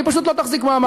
והיא פשוט לא תחזיק מעמד.